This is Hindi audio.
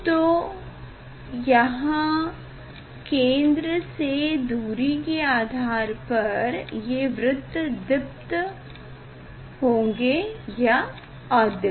तो यहाँ केंद्र से दूरी के आधार पर ये ये वृत्त दीप्त होंगे या अदीप्त